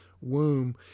womb